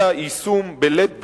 אלא יישום בלית ברירה,